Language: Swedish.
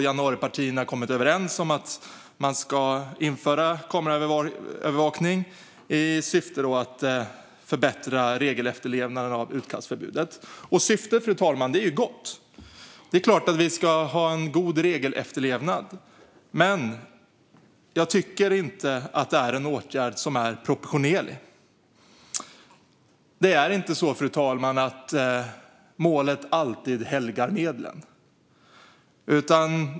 Januaripartierna har kommit överens om att införa kameraövervakning i syfte att förbättra regelefterlevnaden av utkastförbudet. Syftet är gott. Det är klart att vi ska ha en god regelefterlevnad. Men jag tycker inte att det är en proportionerlig åtgärd. Målet helgar inte alltid medlen.